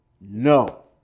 no